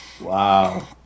Wow